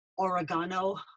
oregano